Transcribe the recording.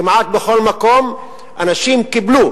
כמעט בכל מקום, אנשים שקיבלו